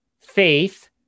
faith